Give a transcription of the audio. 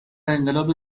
انقلاب